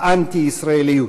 האנטי-ישראליות.